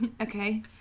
Okay